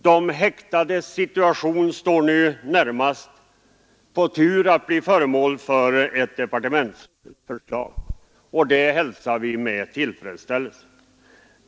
De häktades situation står ju närmast på tur att bli föremål för ett departementsförslag, och det hälsar vi med tillfredsställelse.